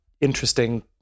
interesting